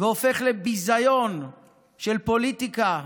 והופך לביזיון של פוליטיקה,